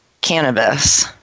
cannabis